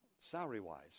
salary-wise